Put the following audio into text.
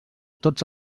tots